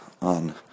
on